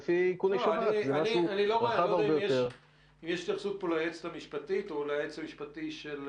אני מפנה לסעיף 5 ולסעיף 14(א)